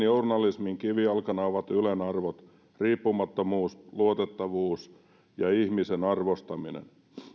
journalismin kivijalkana ovat ylen arvot riippumattomuus luotettavuus ja ihmisen arvostaminen